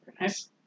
nice